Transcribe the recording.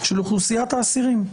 של אוכלוסיית האסירים.